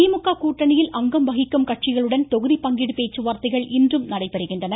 திமுக கூட்டணியில் அங்கம் வகிக்கும் கட்சிகளுடன் தொகுதி பங்கீடு பேச்சுவார்த்தைகள் இன்றும் நடைபெறுகின்றன